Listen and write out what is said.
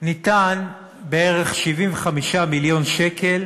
ניתנו בערך 75 מיליון שקל